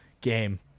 game